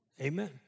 Amen